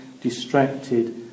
distracted